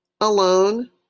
Alone